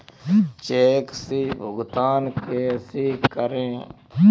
Check से भुगतान कैसे करें?